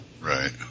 Right